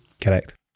Correct